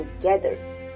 together